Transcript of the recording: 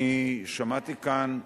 אני שמעתי כאן,